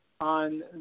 on